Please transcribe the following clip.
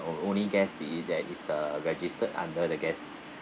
o~ only guessed th~ the that is uh registered under the guests